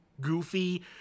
goofy